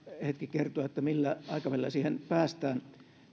hetki kertoa millä aikavälillä siihen päästään